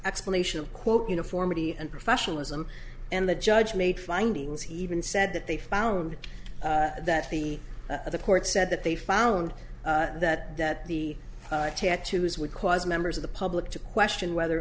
explanation of quote uniformity and professionalism and the judge made findings he even said that they found that the the court said that they found that that the tattoos would cause members of the public to question whether